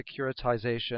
securitization